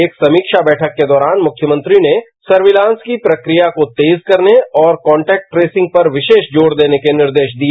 एक समीक्षा बैठक के दौरान मुख्यमंत्री ने सर्वितांस की प्रक्रिया को तेज करने और कांटेक्ट ट्रेसिंग पर विशेष जोर देने के निर्देश दिए